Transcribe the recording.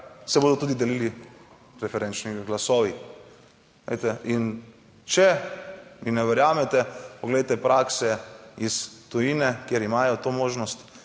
se bodo tudi delili preferenčni glasovi. Glejte, in če mi ne verjamete, poglejte, prakse iz tujine, kjer imajo to možnost,